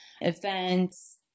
events